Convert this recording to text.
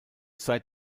zeit